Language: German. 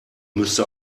müsste